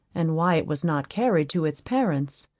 and why it was not carried to its parents.